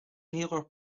neither